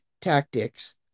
tactics